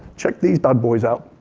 check these bad boys out.